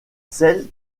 celles